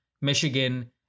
Michigan